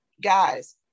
guys